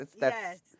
Yes